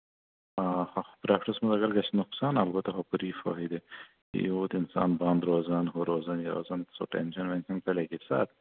آ ہہ پرٛافِٹَس منٛز اَگر گژھِ نۄقصان اَلبتہ ہُپٲرۍ یی فٲہدٕ ییٚلہِ اور اِنسان بنٛد روزان ہُہ روزان یہِ روزان سُہ ٹٮ۪نٛشَن وٮ۪نٛشَن ژَلہِ اَکی ساتہٕ